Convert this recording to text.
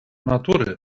natury